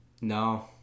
No